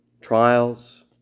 trials